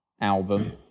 album